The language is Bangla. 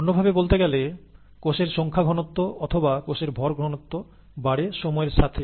অন্যভাবে বলতে গেলে কোষের সংখ্যা ঘনত্ব অথবা কোষের ভর ঘনত্ব বাড়ে সময়ের সাথে